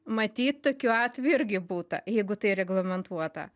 matyt tokių atvejų irgi būta jeigu tai reglamentuota